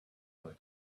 other